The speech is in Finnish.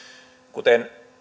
kuten